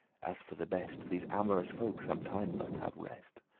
as for the best these amorous folk some time must have rest.